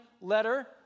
letter